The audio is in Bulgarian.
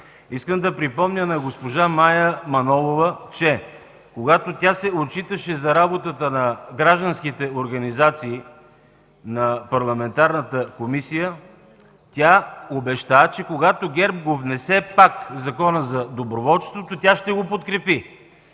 Искам да припомня на госпожа Мая Манолова, че когато се отчиташе за работата на гражданските организации на парламентарната комисия, тя обеща, че когато ГЕРБ отново внесе Закона за доброволчеството, ще го подкрепи.